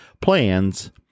plans